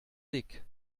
dick